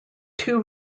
two